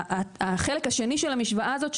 החלק השני של המשוואה הזאת,